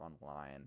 online